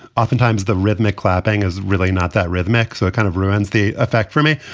oftentimes the rhythmic clapping is really not that rhythmic. so it kind of ruins the effect for me.